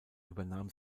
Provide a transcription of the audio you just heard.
übernahm